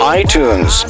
iTunes